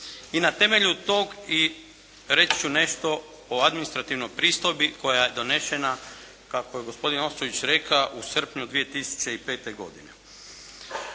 I na temelju tog, reći ću nešto o administrativnoj pristojbi koja je donešena, kako je gospodin Ostojić rekao u srpnju 2005. godine.